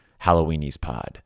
Halloweeniespod